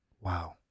Wow